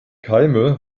keime